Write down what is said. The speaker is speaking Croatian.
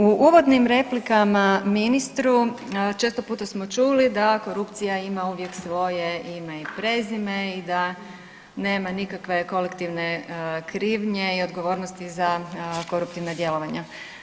U uvodnim replikama ministru često puta smo čuli da korupcija ima uvijek svoje ime i prezime i da nema nikakve kolektivne krivnje i odgovornosti za koruptivna djelovanja.